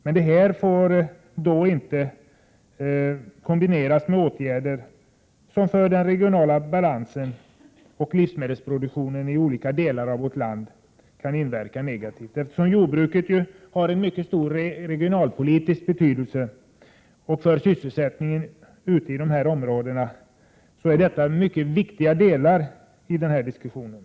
Men det får inte kombineras med åtgärder som kan inverka negativt på den regionala balansen och livsmedelsproduktionen i olika delar av vårt land. Eftersom jordbruket har stor betydelse regionalpolitiskt och för sysselsättningen i de här områdena, är det en mycket viktig aspekt i diskussionen.